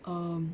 um